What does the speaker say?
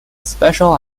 special